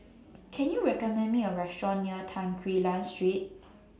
Can YOU recommend Me A Restaurant near Tan Quee Lan Street